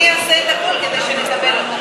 אני אעשה את הכול כדי שנקבל אותה.